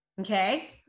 Okay